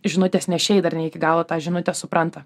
žinutes nešei dar ne iki galo tą žinutę supranta